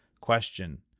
Question